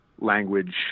language